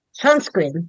Sunscreen